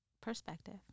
perspective